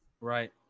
Right